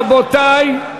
רבותי,